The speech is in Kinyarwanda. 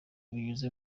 binyuze